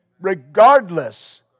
Regardless